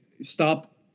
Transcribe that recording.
stop